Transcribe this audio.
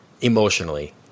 emotionally